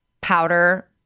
powder